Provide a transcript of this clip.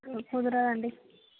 కుదరదు అండి